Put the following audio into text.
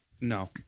No